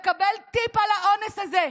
קיבל טיפ על האונס הזה.